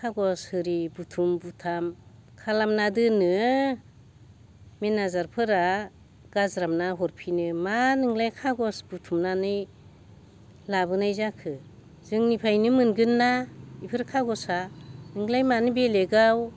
खागज आरि बुथुम बुथाम खालामना दोनो मेनाजारफोरा गारज्राबना हरफिनो मा नोंलाय खागज बुथुमनानै लाबोनाय जाखो जोंनिफ्रायनो मोनगोन ना बेफोर खागजआ नोंलाय मानो बेलेगाव